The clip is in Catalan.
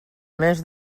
més